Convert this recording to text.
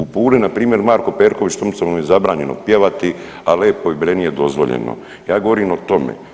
U Puli npr. Marku Perković Thompsonu je zabranjeno pjevati, a Lepoj Breni je dozvoljeno, ja govorim o tome.